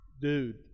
dude